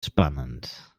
spannend